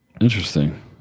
interesting